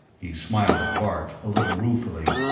he smiled at bart, a little ruefully.